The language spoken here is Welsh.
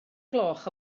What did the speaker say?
gloch